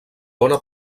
bona